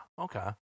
okay